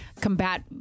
combat